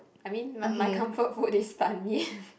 I mean my my comfort food is Ban-Mian